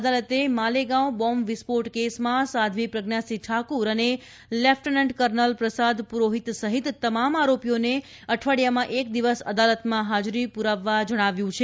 અદાલતે માલેગાંવ બોંબ વિસ્ફોટ કેસમાં સાધ્વી પ્રજ્ઞાસિંહ ઠાકુર અને લેફટેનન્ટ કર્નલ પ્રસાદ પુરોહિત સહિત તમામ આરોપીઓને અઠવાડિયામાં એક દિવસ અદાલતમાં હાજરી પુરાવવા જણાવ્યું છે